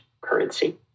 currency